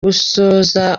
gusoza